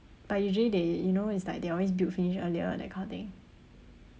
but usually they you know it's like they always build finish earlier that kind of thing